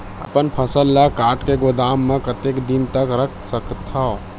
अपन फसल ल काट के गोदाम म कतेक दिन तक रख सकथव?